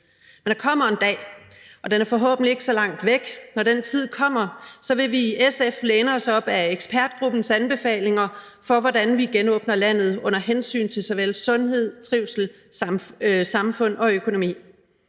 Men der kommer en dag, og den er forhåbentlig ikke så langt væk. Når den tid kommer, vil vi i SF læne os op ad ekspertgruppens anbefalinger for, hvordan vi genåbner landet under hensyn til såvel sundhed, trivsel, samfund og økonomi.